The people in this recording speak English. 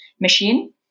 machine